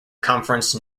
conference